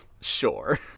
sure